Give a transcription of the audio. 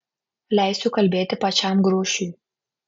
leisiu kalbėti pačiam grušiui